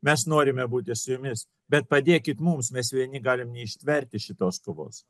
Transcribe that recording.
mes norime būti su jumis bet padėkit mums mes vieni galim neištverti šitos kovos